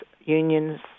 unions